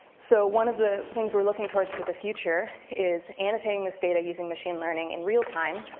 so one of the things we're looking towards for the future, is annotating this data using machine learning in real time,